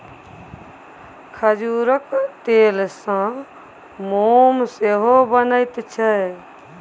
खजूरक तेलसँ मोम सेहो बनैत छै